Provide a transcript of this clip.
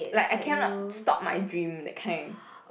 like I cannot stop my dream that kind